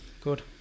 good